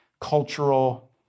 cultural